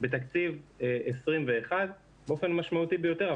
בתקציב 2021 באופן משמעותי ביותר,